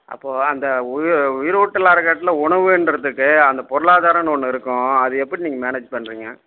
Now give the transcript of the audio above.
அப்போது அந்த உயிரூட்டல் அறக்கட்டளையில் உணவுன்றதுக்கு அந்த பொருளாதாரம்னு ஒன்று இருக்கும் அது எப்படி நீங்கள் மேனேஜ் பண்ணுறீங்க